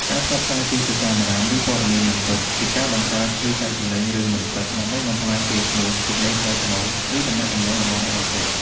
ការផ្សព្វផ្សាយពាក្យចចាមអារ៉ាម ឬព័ត៌មានមិនពិតជា ការបង្កើត ឬចែករំលែករឿងមិនពិតដើម្បីបំផ្លាញកេរ្តិ៍ឈ្មោះ សេចក្តីថ្លៃថ្នូរ ឬទំនាក់ទំនងរបស់អ្នកដទៃ។